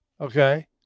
Okay